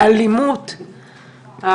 האלימות,